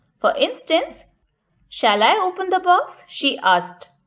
for instance shall i open the box she asked.